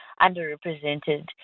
underrepresented